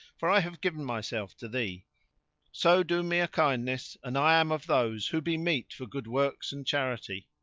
for i have given myself to thee so do me a kindness and i am of those who be meet for good works and charity